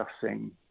discussing